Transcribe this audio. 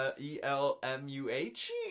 E-L-M-U-H